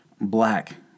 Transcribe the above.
black